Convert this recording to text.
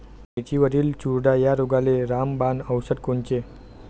मिरचीवरील चुरडा या रोगाले रामबाण औषध कोनचे?